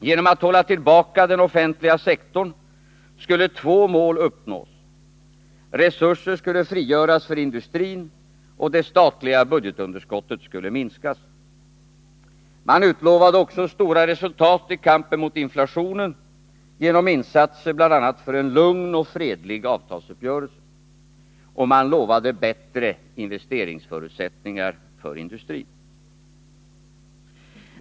Genom att hålla tillbaka den offentliga sektorns expansion skulle två mål uppnås: resurser skulle frigöras för industrin, och det statliga budgetunderskottet skulle minskas. Man utlovade också stora resultat i kampen mot inflationen genom insatser bl.a. för en lugn och fredlig avtalsuppgörelse. Och man lovade bättre investeringsförutsättningar för industrin.